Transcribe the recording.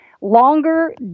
longer